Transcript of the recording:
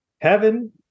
Heaven